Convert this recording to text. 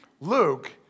Luke